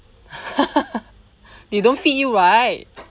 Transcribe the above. they don't feed you right